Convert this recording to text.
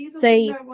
say